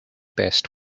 best